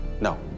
No